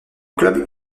club